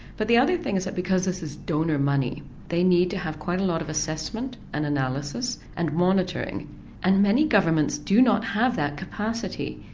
but the other thing is that because this is donor money they need to have quite a lot of assessment and analysis and monitoring and many governments do not have that capacity.